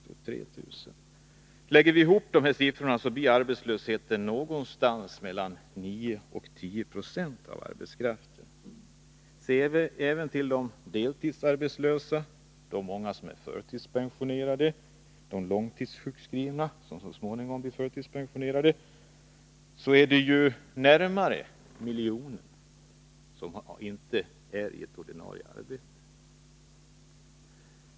Lägger vi ihop dessa siffror ser vi att arbetslösheten ligger någonstans mellan 9 och 10926 av arbetskraften. Nr 96 Räknar vi även med de deltidsarbetslösa, de många som är förtidspensione Måndagen den rade och de långtidssjukskrivna— som så småningom blir förtidspensionerade 14 mars 1983 — ser vi att det är närn are miljonen som inte är i ordinarie arbete.